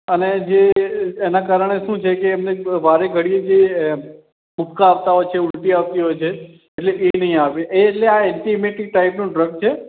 અને જે એનાં કારણે શું છે કે એમને વારે ઘડીએ જે ઉબકા આવતા હોય છે ઉલટી આવતી હોય છે એટલે એ નહીં આવે એટલે કે આ એન્ટિઇમેટિક ટાઇપનું ડ્રગ છે